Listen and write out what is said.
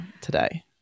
today